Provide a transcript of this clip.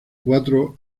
cuatro